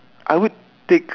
I would take